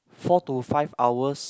four to five hours